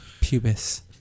pubis